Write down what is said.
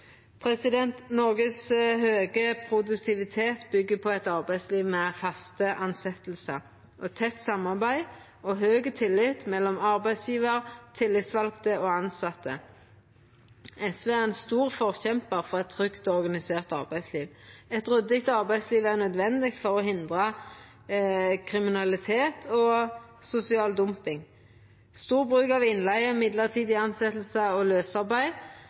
Noregs høge produktivitet byggjer på eit arbeidsliv med faste tilsetjingar og tett samarbeid og høg tillit mellom arbeidsgjevar, tillitsvalde og tilsette. SV er ein stor forkjempar for eit trygt organisert arbeidsliv. Eit ryddig arbeidsliv er nødvendig for å hindra kriminalitet og sosial dumping. Stor bruk av innleige, mellombelse tilsetjingar og